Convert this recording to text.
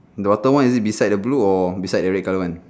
the bottom [one] is it beside the blue or the red colour [one]